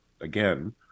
again